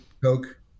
Coke